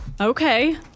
Okay